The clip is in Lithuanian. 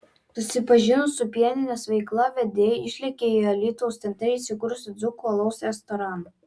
susipažinus su pieninės veikla vedėjai išlėkė į alytaus centre įsikūrusį dzūkų alaus restoraną